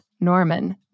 Norman